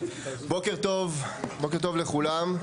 בוקר טוב לכולם,